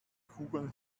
kugeln